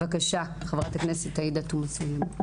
בבקשה, חברת הכנסת עאידה תומא סלימאן.